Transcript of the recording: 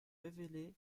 révélé